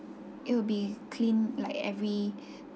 it will be cleaned like every